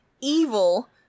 evil